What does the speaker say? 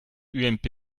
ump